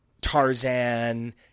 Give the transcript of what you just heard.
Tarzan